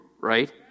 Right